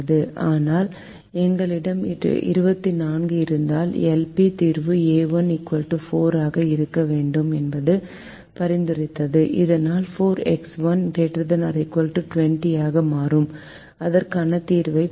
ஆனால் எங்களிடம் 24 இருப்பதால் LP தீர்வு a1 4 ஆக இருக்க வேண்டும் என்று பரிந்துரைத்தது இதனால் 4X1 ≥ 20 ஆக மாறும் அதற்கான தீர்வைப் பெறலாம்